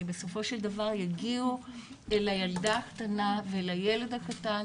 בסופו של דבר יגיעו אל הילדה הקטנה ואל הילד הקטן,